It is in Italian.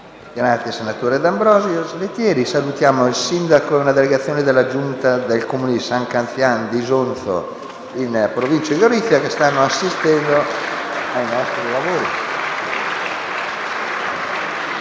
finestra"). Onorevoli colleghi, salutiamo il sindaco e la delegazione della Giunta del Comune di San Canzian d'Isonzo, in provincia di Gorizia, che stanno assistendo ai nostri lavori.